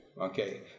okay